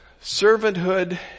servanthood